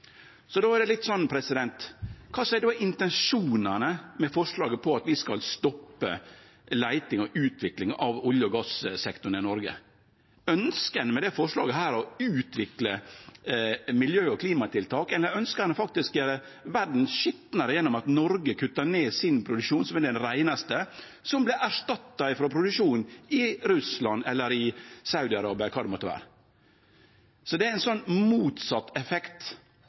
og utvikling av sektoren i Noreg? Ønskjer ein med dette forslaget å utvikle miljø- og klimatiltak, eller ønskjer ein faktisk å gjere verda skitnare gjennom at Noreg kuttar ned produksjonen sin, som er av dei reinaste, og at han vert erstatta av produksjon i Russland, i Saudi-Arabia eller kva det måtte vere? Det er ein motsett effekt